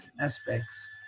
aspects